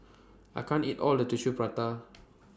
I can't eat All of This Tissue Prata